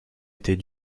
était